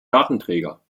datenträger